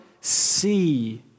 see